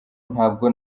ntabwo